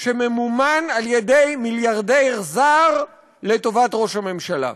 שממומן על-ידי מיליארדר זר לטובת ראש הממשלה.